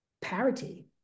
parity